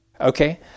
okay